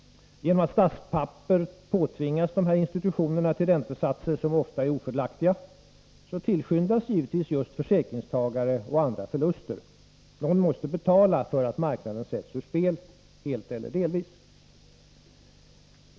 Genom att dessa institutioner påtvingas statspapper till räntesatser som ofta är ofördelaktiga, tillskyndas givetvis just försäkringstagare och andra förluster. Någon måste betala för att marknaden sätts ur spel, helt eller delvis.